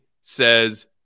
says